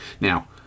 Now